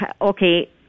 okay